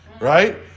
Right